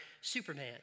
Superman